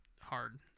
hard